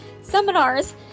seminars